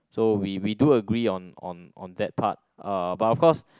so we we do agree on on on that part uh but of course